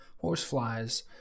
Horseflies